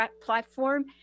platform